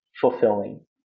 fulfilling